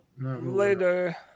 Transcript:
Later